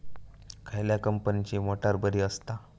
खयल्या कंपनीची मोटार बरी असता?